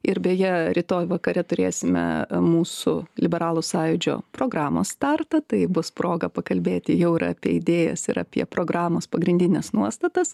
ir beje rytoj vakare turėsime mūsų liberalų sąjūdžio programos startą tai bus proga pakalbėti jau ir apie idėjas ir apie programos pagrindines nuostatas